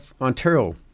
Ontario